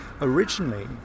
Originally